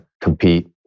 compete